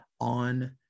on